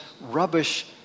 rubbish